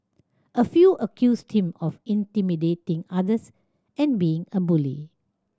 a few accused him of intimidating others and being a bully